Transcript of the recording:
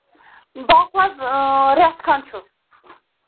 دَپ حظ رٮ۪تھ کھنٛڈ چھُ